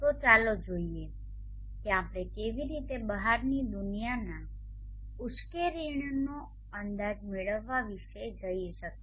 તો ચાલો જોઈએ કે આપણે કેવી રીતે બહારની દુનિયાના ઉશ્કેરણીનો અંદાજ મેળવવા વિશે જઈ શકીએ